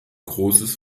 großes